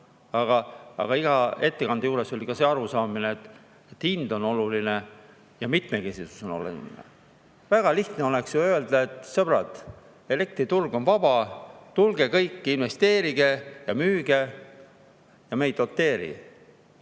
aga iga ettekande puhul oli ka arusaamine, et hind on oluline ja mitmekesisus on oluline. Väga lihtne oleks ju öelda, et, sõbrad, elektriturg on vaba, tulge kõik, investeerige ja müüge, me ei doteeri.